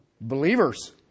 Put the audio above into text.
Believers